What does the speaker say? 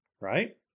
right